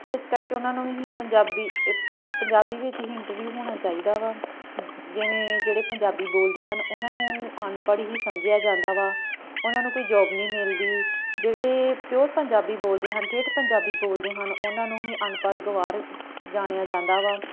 ਇਸ ਕਰਕੇ ਉਹਨਾਂ ਨੂੰ ਵੀ ਹੀ ਪੰਜਾਬੀ ਪੰਜਾਬੀ ਵਿੱਚ ਹੀ ਇੰਟਰਵਿਊ ਹੋਣਾ ਚਾਹੀਦਾ ਵਾ ਜਿਵੇਂ ਜਿਹੜੇ ਪੰਜਾਬੀ ਬੋਲਦੇ ਹਨ ਉਹਨਾਂ ਨੂੰ ਅਨਪੜ੍ਹ ਹੀ ਸਮਝਿਆ ਜਾਂਦਾ ਵਾ ਉਹਨਾਂ ਨੂੰ ਕੋਈ ਜੋਬ ਨਹੀਂ ਮਿਲਦੀ ਜਿਹੜੇ ਪਿਓਰ ਪੰਜਾਬੀ ਬੋਲਦੇ ਹਨ ਠੇਠ ਪੰਜਾਬੀ ਬੋਲਦੇ ਹਨ ਉਹਨਾਂ ਨੂੰ ਹੀ ਅਨਪੜ੍ਹ ਗਵਾਰ ਜਾਣਿਆ ਜਾਂਦਾ ਵਾ